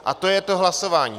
A to je to hlasování.